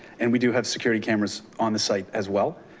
and we do have security cameras on the site as well.